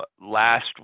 last